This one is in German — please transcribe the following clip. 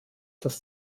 das